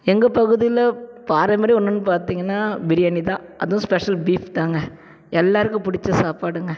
எங்கள் பகுதியில் பாரம்பரிய உணவுனு பார்த்தீங்கனா பிரியாணி தான் அதுவும் ஸ்பெஷல் பீஃப்தாங்க எல்லோருக்கும் பிடிச்ச சாப்பாடுங்க